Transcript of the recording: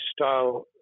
style